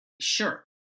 sure